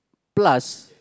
plus